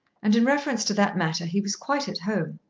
and in reference to that matter he was quite at home.